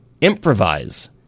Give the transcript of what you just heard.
improvise